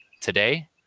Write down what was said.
today